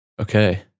Okay